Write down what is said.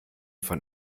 von